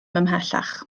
ymhellach